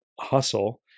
hustle